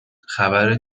خبر